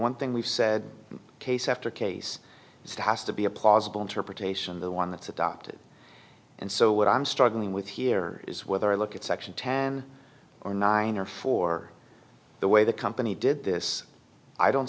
one thing we've said case after case has to be a plausible interpretation the one that's adopted and so what i'm struggling with here is whether i look at section ten or nine or for the way the company did this i don't